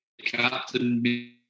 captain